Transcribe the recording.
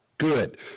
Good